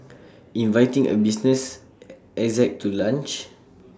inviting A business exec to lunch